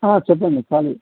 చెప్పండి కాలీ